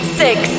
six